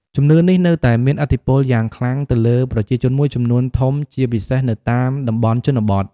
ជំនឿនេះនៅតែមានឥទ្ធិពលយ៉ាងខ្លាំងទៅលើប្រជាជនមួយចំនួនធំ ជាពិសេសនៅតាមតំបន់ជនបទ។